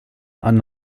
anne